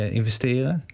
investeren